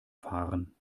fahren